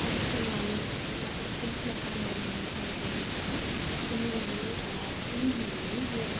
एस्ट्रोनमीमा स्पेसमा काम गर्ने मान्छेहरू हुन्छ उनीहरूले उनीहरूले यो